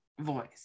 voice